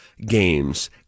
games